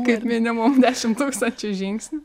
kaip minimum dešimt tūkstančių žingsnių